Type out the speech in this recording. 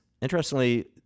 Interestingly